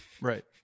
Right